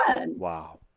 Wow